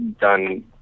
done